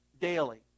daily